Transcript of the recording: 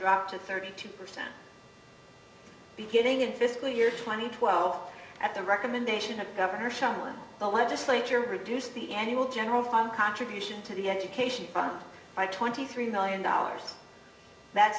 dropped to thirty two percent beginning in fiscal year twenty twelve at the recommendation of her charlotte the legislature reduced the annual general fund contribution to the education fund by twenty three million dollars that